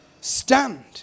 stand